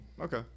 Okay